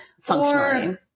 functionally